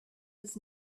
was